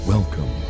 Welcome